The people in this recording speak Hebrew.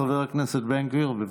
חבר הכנסת בן גביר, בבקשה.